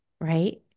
Right